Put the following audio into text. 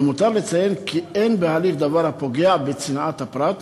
למותר לציין כי אין בהליך דבר הפוגע בצנעת הפרט.